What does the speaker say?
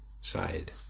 side